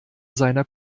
seiner